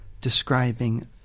describing